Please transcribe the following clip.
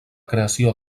creació